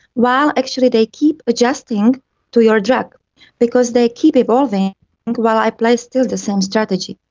while actually they keep adjusting to your drug because they keep evolving while i play still the same strategy.